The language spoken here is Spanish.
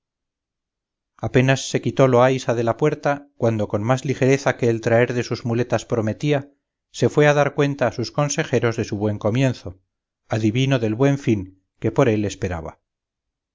apenas se quitó loaysa de la puerta cuando con más ligereza que el traer de sus muletas prometía se fue a dar cuenta a sus consejeros de su buen comienzo adivino del buen fin que por él esperaba